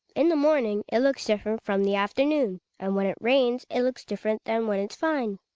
in the morning it looks different from the afternoon and when it rains it looks different than when it's fine.